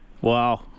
Wow